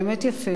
באמת יפה,